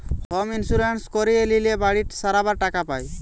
home insurance করিয়ে লিলে বাড়ি সারাবার টাকা পায়